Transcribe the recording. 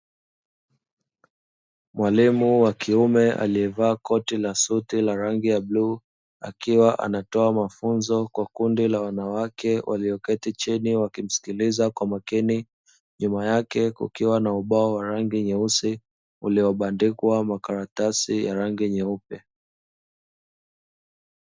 Mwalimu wa kiume aliyevaa koti na suti ya rangi ya bluu, akiwa anatoka mafunzo kwa kundi la wanawake walioketi chini wakimsikiliza kwa makini, nyuma yake kukiwa na ubao wa rangi ya nyeusi, uliobandikwa makaratasi ya rangi nyeupe.